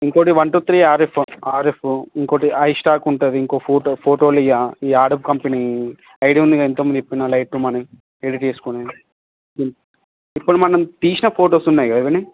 ఇంకోటి one two three R F RF ఇంకోటి iStock ఉంటుంది ఇంకో ఫోటో ఫోటో లియా ఈ అడోబ్ కంపెనీ ఐడియా ఉందా ఇన్కమ్ తీసుకున్న లైటు మనీ ఎడిట్ చేసుకొని ఇప్పుడు మనం తీసిన ఫోటోస్ ఉన్నాయి కదా వినయ్